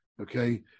okay